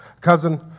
cousin